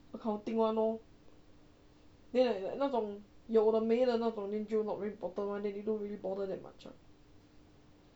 accounting [one] lor then like 那种有的没的那种就 then 就 not very important [one] then they don't really bother that much lah